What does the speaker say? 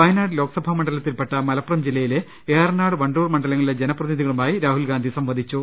വയനാട് ലോക്സഭാ മണ്ഡലത്തിൽപ്പെട്ട മലപ്പുറം ജില്ലയിലെ ഏറ നാട് വണ്ടൂർ മണ്ഡലങ്ങളിലെ ജനപ്രതിനിധികളുമായി രാഹുൽ ഗാന്ധി സംവദിച്ചു